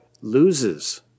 loses